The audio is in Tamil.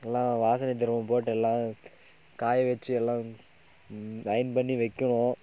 நல்லா வாசனை திரவியம் போட்டு எல்லாம் காய வெச்சு எல்லாம் அயன் பண்ணி வைக்கணும்